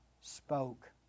spoke